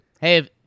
Hey